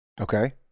Okay